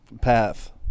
path